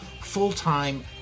full-time